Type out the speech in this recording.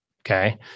Okay